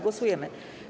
Głosujemy.